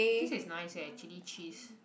this is nice eh chili cheese